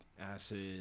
acid